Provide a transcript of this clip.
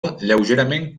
lleugerament